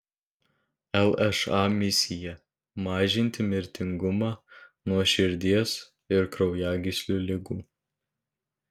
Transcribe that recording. lša misija mažinti mirtingumą nuo širdies ir kraujagyslių ligų